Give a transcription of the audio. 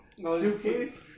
suitcase